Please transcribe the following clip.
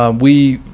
um we,